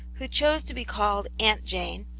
who chose to be called aunt jane,